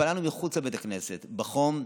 והתפללנו מחוץ לבית הכנסת בחום,